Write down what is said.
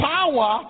Power